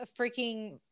freaking